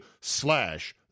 slash